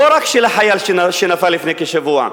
לא רק של החייל שנפל לפני כשבוע,